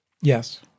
Yes